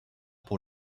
pour